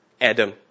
Adam